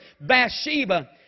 Bathsheba